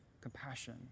compassion